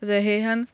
ਰਹੇ ਹਨ